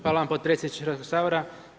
Hvala vam potpredsjedniče Hrvatskog sabora.